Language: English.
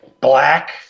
black